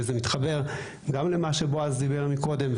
וזה מתחבר גם למה שבועז דיבר קודם,